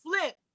flip